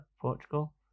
Portugal